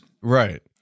Right